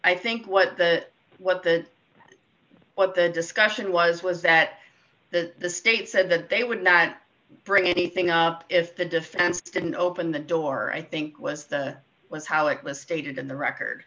i think what the what the what the discussion was was that the state said that they would not bring anything up if the defense didn't open the door i think was was how it was stated in the record